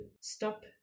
stop